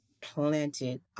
planted